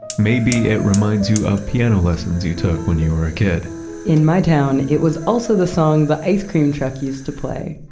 maybe it reminds you of piano lessons you took when you were a kid in my town, it was also the song the ice cream truck used to play